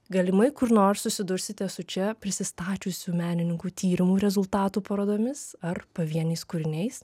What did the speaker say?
galimai kur nors susidursite su čia prisistačiusių menininkų tyrimų rezultatų parodomis ar pavieniais kūriniais